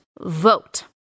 vote